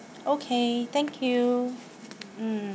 okay thank you mm